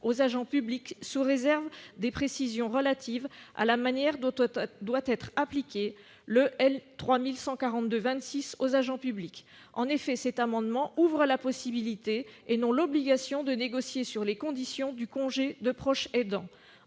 aux agents publics, sous réserve des précisions relatives à la manière dont cet article doit être appliqué aux agents publics. En effet, cet amendement ouvre la possibilité- il ne s'agit pas d'une obligation -de négocier sur les conditions du congé de proche aidant.